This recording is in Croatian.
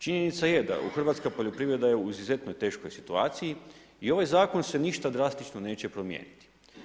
Činjenica je da hrvatska poljoprivreda je u izuzetnoj teškoj situaciji i ovaj zakon se ništa drastično neće promijeniti.